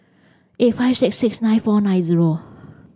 eight five six six nine four nine zero